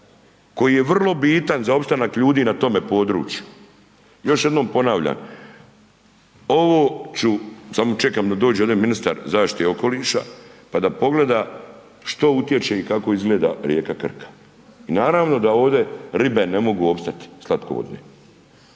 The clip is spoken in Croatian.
koji je vrlo bitan za opstanak ljudi na tome području. Još jednom ponavljam, ovo ću, samo čekam da dođe ovdje ministar zaštite i okoliša, pa da pogleda što utječe i kako izgleda rijeka Krka i naravno da ovdje ribe ne mogu opstati, slatkovodne.